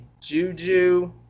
Juju